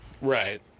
Right